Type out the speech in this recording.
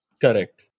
Correct